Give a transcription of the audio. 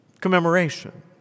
commemoration